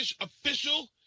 official